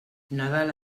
nadal